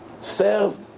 Serve